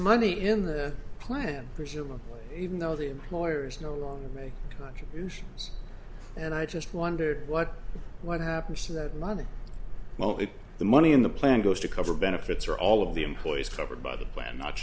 money in the plan presumably even though the employers no longer make contributions and i just wonder what what happens to that money well if the money in the plan goes to cover benefits for all of the employees covered by the plan not